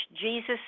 Jesus